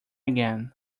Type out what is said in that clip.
again